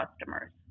customers